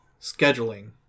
Scheduling